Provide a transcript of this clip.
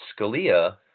Scalia